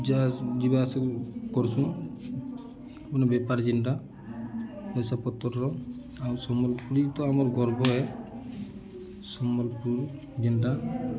ଯ ଯିବା ଆସ କରସୁଁ ମେ ବେପାର ଜିନ୍ଟା ପସା ପତ୍ରର ଆଉ ସମ୍ବଲପୁରୀ ତ ଆମର୍ ଗର୍ବରେ ସମ୍ବଲପୁର ଜିଟା